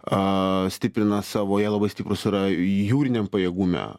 a stiprina savo jie labai stiprūs yra jūriniam pajėgume